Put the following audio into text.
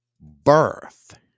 birth